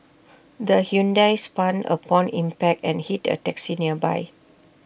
the Hyundai spun upon impact and hit A taxi nearby